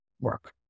work